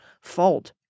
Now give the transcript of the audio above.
fault